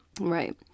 Right